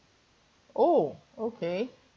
oh okay